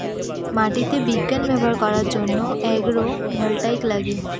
মাটিতে বিজ্ঞান ব্যবহার করার জন্য এগ্রো ভোল্টাইক লাগে